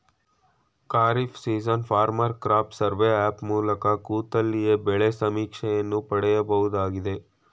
kharif season farmer crop survey app ಮೂಲಕ ಕೂತಲ್ಲಿಯೇ ಬೆಳೆ ಸಮೀಕ್ಷೆಯನ್ನು ಪಡಿಬೋದಾಗಯ್ತೆ